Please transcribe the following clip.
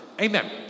Amen